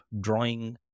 drawing